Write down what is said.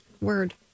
word